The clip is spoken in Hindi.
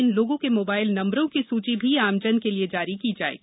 इन लोगों के मोबाइल नंबरों की सूची भी आमजन के लिए जारी की जाएगी